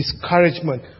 discouragement